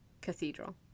cathedral